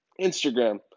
Instagram